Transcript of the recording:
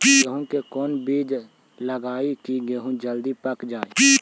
गेंहू के कोन बिज लगाई कि गेहूं जल्दी पक जाए?